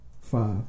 five